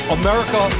america